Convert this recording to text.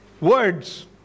Words